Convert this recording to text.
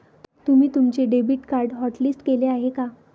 तुम्ही तुमचे debit card hotlist केले आहे का?